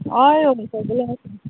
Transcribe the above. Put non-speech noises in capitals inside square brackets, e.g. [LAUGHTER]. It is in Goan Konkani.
हय [UNINTELLIGIBLE] सगल्या